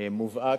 מובהק,